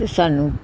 ਅਤੇ ਸਾਨੂੰ